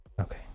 Okay